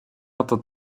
oto